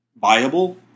viable